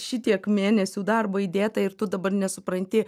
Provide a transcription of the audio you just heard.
šitiek mėnesių darbo įdėta ir tu dabar nesupranti